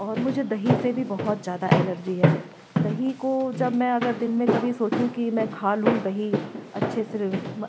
और मुझे दही से भी बहुत ज़्यादा एलर्जी है दही को जब मैं अगर दिन में कभी सोचूँ कि मैं कभी खालूँ दही अच्छे से